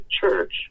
church